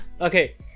Okay